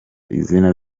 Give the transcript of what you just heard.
izina